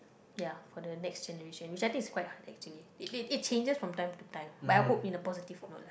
ya for the next generation which I think is quite hard actually it it changes from time to time but I hope in a positive note lah